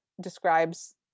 describes